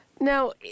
Now